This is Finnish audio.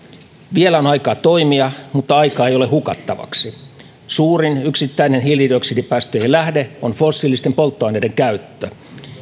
vielä on aikaa toimia mutta aikaa ei ole hukattavaksi suurin yksittäinen hiilidioksidipäästöjen lähde on fossiilisten polttoaineiden käyttö